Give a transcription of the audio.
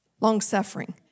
long-suffering